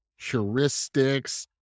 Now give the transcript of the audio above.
heuristics